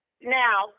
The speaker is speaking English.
now